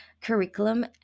curriculum